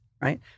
right